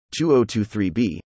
2023b